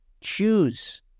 choose